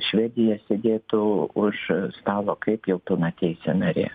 švedija sėdėtų už stalo kaip jau pilnateisė narė